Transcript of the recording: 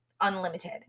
unlimited